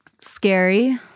scary